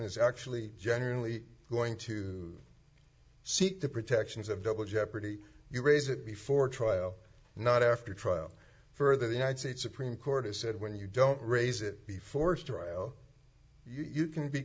is actually genuinely going to seek the protections of double jeopardy you raise it before trial not after trial further the united states supreme court has said when you don't raise it be forced to trial you can be